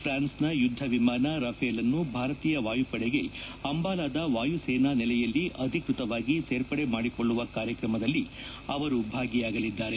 ಫ್ರಾನ್ಸ್ನ ಯುದ್ದ ವಿಮಾನ ರಫೇಲ್ಅನ್ನು ಭಾರತೀಯ ವಾಯುಪಡೆಗೆ ಅಂಬಾಲಾದ ವಾಯುಸೇನಾ ನೆಲೆಯಲ್ಲಿ ಅಧಿಕೃತವಾಗಿ ಸೇರ್ಪಡೆ ಮಾಡಿಕೊಳ್ಳುವ ಕಾರ್ಯಕ್ರಮದಲ್ಲಿ ಅವರು ಭಾಗಿಯಾಗಲಿದ್ದಾರೆ